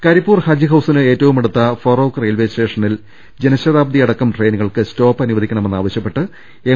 കരിപ്പൂർ ഹജ്ജ് ഹൌസിന് ഏറ്റവുമടുത്ത ഫറോക്ക് റെയിൽവെ സ്റ്റേഷനിൽ ജനശതാബ്ദിയടക്കം ട്രെയിനുകൾക്ക് സ്റ്റോപ്പ് അനുവദി ക്കണമെന്ന് ആവശ്യപ്പെട്ട് എം